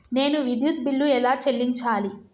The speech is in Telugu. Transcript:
నేను విద్యుత్ బిల్లు ఎలా చెల్లించాలి?